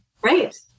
Great